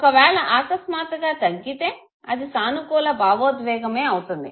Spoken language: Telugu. ఒకవేళ అకస్మాత్తుగా తగ్గితే అది సానుకూల భావోద్వేగమే అవుతుంది